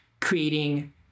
creating